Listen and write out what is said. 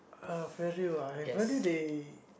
uh value ah I value they